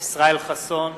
ישראל חסון,